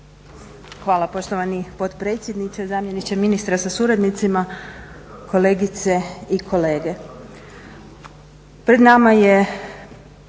Hvala poštovani potpredsjedniče, zamjeniče ministra sa suradnicima, kolegice i kolege. Pred nama je